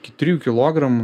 iki trijų kilogramų